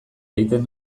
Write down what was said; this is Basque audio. egiten